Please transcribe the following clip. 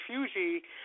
refugee